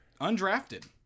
Undrafted